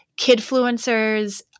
Kidfluencers